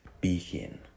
begin